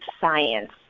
science